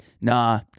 Nah